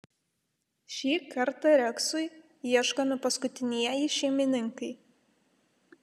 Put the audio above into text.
šį kartą reksui ieškomi paskutinieji šeimininkai